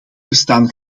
bestaan